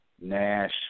Nash